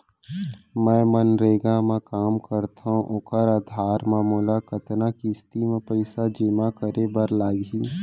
मैं मनरेगा म काम करथो, ओखर आधार म मोला कतना किस्ती म पइसा जेमा करे बर लागही?